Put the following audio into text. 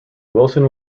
wilson